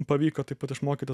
pavyko taip pat išmokyti